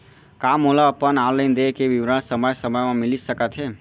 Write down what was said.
का मोला अपन ऑनलाइन देय के विवरण समय समय म मिलिस सकत हे?